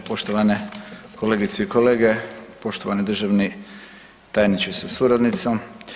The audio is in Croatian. Poštovane kolegice i kolege, poštovani državni tajniče sa suradnicom.